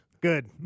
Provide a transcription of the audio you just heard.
Good